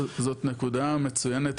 זו נקודה מצוינת,